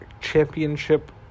championship